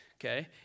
okay